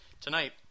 Tonight